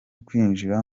kwinjira